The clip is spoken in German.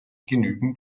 genügend